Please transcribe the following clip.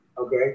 okay